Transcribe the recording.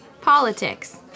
politics